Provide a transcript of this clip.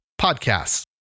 podcasts